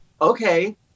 okay